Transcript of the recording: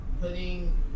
putting